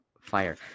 fire